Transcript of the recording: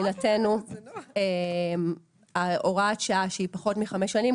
ולכן מבחינתנו הוראת שעה שהיא פחות מחמש שנים,